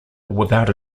without